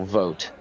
vote